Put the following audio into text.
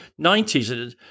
90s